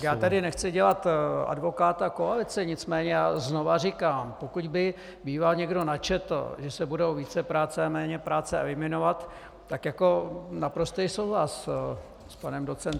Já tady nechci dělat advokáta koalici, nicméně znovu říkám, pokud by býval někdo načetl, že se budou vícepráce a méněpráce eliminovat, tak jako naprostý souhlas s panem docentem.